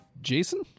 Jason